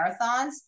marathons